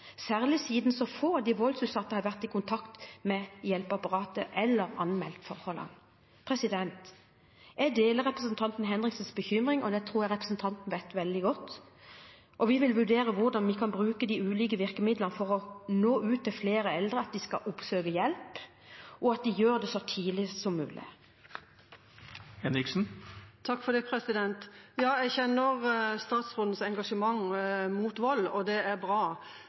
særlig siden så få av de voldsutsatte har vært i kontakt med hjelpeapparatet eller anmeldt forholdene. Jeg deler representanten Henriksens bekymring, det tror jeg representanten vet veldig godt, og vi vil vurdere hvordan vi kan bruke de ulike virkemidlene for å nå ut til flere eldre om at de skal oppsøke hjelp, og at de gjør det så tidlig som mulig. Jeg kjenner statsrådens engasjement mot vold, og det er bra.